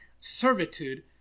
servitude